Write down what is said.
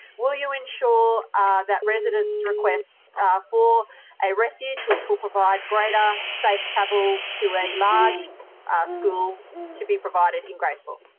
will you ensure that residents' requests for a refuge which will provide greater safe travel to a large ah school to be provided in graceville?